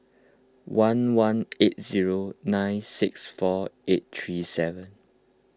one one eight zero nine six four eight three seven